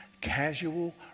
casual